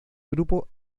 grupo